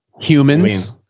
Humans